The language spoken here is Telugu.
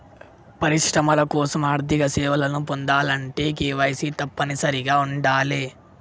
పరిశ్రమల కోసం ఆర్థిక సేవలను పొందాలంటే కేవైసీ తప్పనిసరిగా ఉండాలే